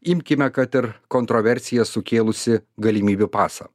imkime kad ir kontroversiją sukėlusį galimybių pasą